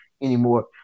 anymore